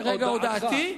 מרגע הודעתי.